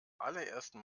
allerersten